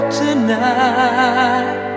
tonight